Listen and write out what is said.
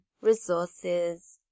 resources